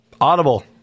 Audible